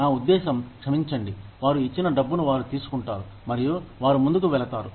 నా ఉద్దేశ్యం క్షమించండి వారు ఇచ్చిన డబ్బును వారు తీసుకుంటారు మరియు వారు ముందుకు వెళతారు